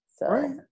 Right